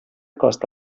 cost